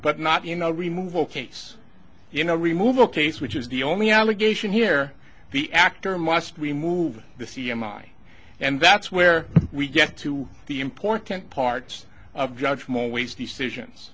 but not you know remove all case you know remove the case which is the only allegation here the actor must remove the c m i and that's where we get to the important part of judge more waste decisions